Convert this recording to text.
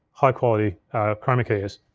high-quality chroma keyers,